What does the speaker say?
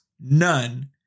none